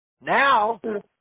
Now